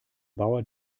bauer